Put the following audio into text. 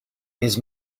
his